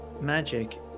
magic